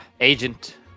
agent